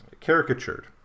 caricatured